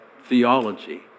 theology